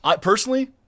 Personally